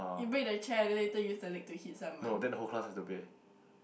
you break the chair then later use the leg to hit someone